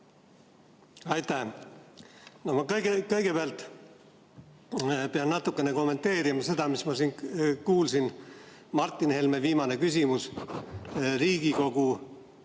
Aitäh! Ma kõigepealt pean natukene kommenteerima seda, mis ma siin kuulsin. Martin Helme viimane küsimus: Riigikogu